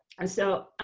and so,